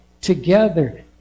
together